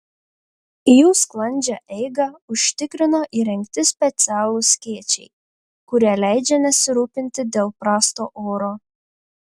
jų sklandžią eigą užtikrino įrengti specialūs skėčiai kurie leidžia nesirūpinti dėl prasto oro